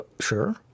sure